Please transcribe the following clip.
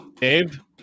Dave